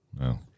No